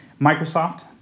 Microsoft